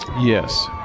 Yes